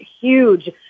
huge